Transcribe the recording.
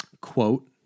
quote